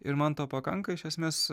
ir man to pakanka iš esmės